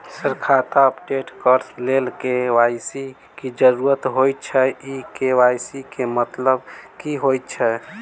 Sir खाता update करऽ लेल के.वाई.सी की जरुरत होइ छैय इ के.वाई.सी केँ मतलब की होइ छैय?